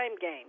game